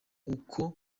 uko